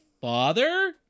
father